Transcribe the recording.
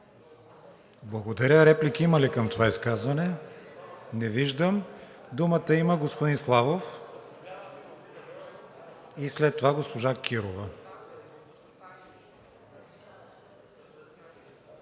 Благодаря. Реплики има ли към това изказване? Не виждам. Думата има господин Славов и след това госпожа Кирова.